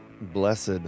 blessed